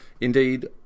Indeed